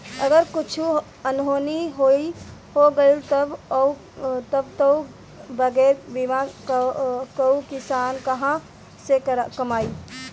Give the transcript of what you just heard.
अगर कुछु अनहोनी हो गइल तब तअ बगैर बीमा कअ किसान कहां से कमाई